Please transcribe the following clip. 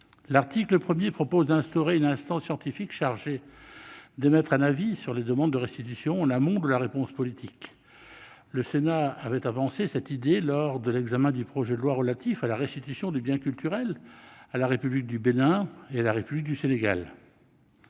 L'article 1 prévoit d'instaurer une instance scientifique chargée d'émettre un avis sur les demandes de restitution, en amont de la réponse politique. Le Sénat avait avancé cette idée lors de l'examen du projet de loi relatif à la restitution de biens culturels à la République du Bénin et à la République du Sénégal.